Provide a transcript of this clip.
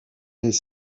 est